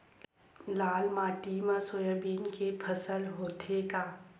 लाल माटी मा सोयाबीन के फसल होथे का?